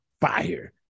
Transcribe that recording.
Fire